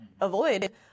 avoid